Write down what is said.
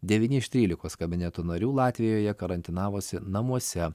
devyni iš trylikos kabineto narių latvijoje karantinavosi namuose